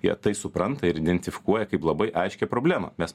jie tai supranta ir identifikuoja kaip labai aiškią problemą mes